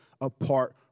apart